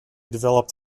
developed